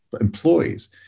employees